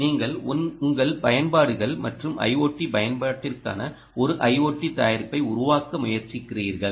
நீங்கள் உங்கள் பயன்பாடுகள் மற்றும் ஐஓடி பயன்பாட்டிற்கான ஒரு ஐஓடி தயாரிப்பை உருவாக்க முயற்சிக்கிறீர்கள்